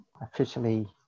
officially